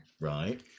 right